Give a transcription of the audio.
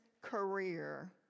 career